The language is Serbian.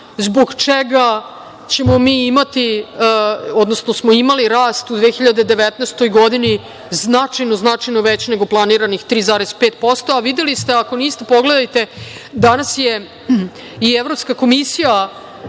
zbog čega ćemo mi imati, odnosno smo imali rast u 2019. godini značajno, značajno veći nego planiranih 3,5%.Videli ste, ako niste, pogledajte, danas je i Evropska komisija